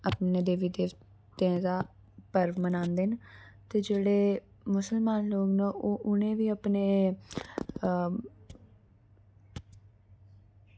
और पर्व मनांदे न ते जेह्ड़े मुसलमान लोग न ओह् उनेंगी गी अपने